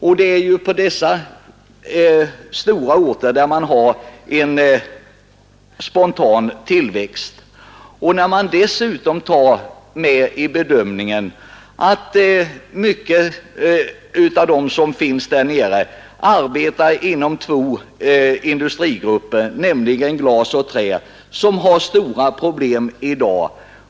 Men det är just på dessa stora orter man har en spontan tillväxt. Dessutom skall man vid bedömningen också ta hänsyn till att många av de människor som bor i denna region arbetar inom två industrier, glas och trä, som i dag har stora problem.